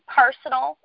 personal